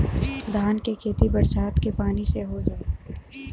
धान के खेती बरसात के पानी से हो जाई?